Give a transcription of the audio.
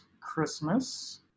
christmas